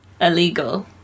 illegal